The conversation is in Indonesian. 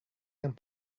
yang